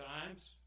times